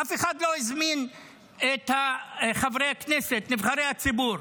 אף אחד לא הזמין את חברי הכנסת נבחרי הציבור.